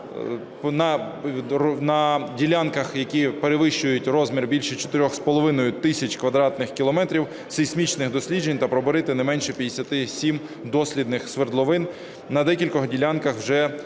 на ділянках, які перевищують розмір більше 4,5 тисячі квадратних кілометрів, сейсмічних досліджень та пробурити не менше 57 дослідних свердловин. На декількох ділянках вже така